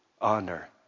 honor